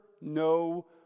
no